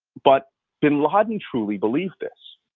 but bin laden truly believed this.